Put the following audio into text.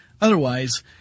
otherwise